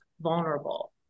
vulnerable